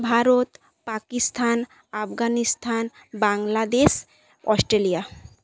Bharat Pakistan Afghanistan Bangladesh Australia